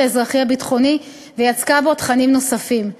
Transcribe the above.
האזרחי-ביטחוני ויצקה בו תכנים נוספים.